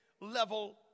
level